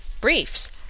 Briefs